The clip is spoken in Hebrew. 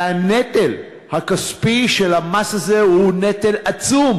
והנטל הכספי של המס הזה הוא נטל עצום.